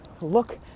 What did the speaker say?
look